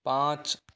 पाँच